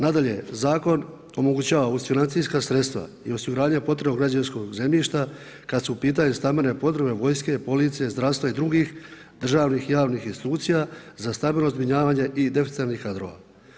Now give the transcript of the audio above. Nadalje, zakon omogućava uz financijska sredstva i osiguranje potrebnog građevinskog zemljišta kada su u pitanju stambene potrebe vojske, policije, zdravstva i drugih, državnih i javnih institucija za stambeno zbrinjavanje i deficitarnih kadrova.